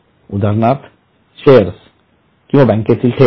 उदाहरणार्थ शेअर्स किंवा बँकेतील ठेव